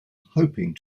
hoping